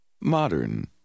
Modern